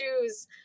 shoes